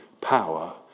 power